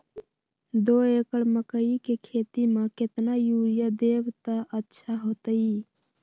दो एकड़ मकई के खेती म केतना यूरिया देब त अच्छा होतई?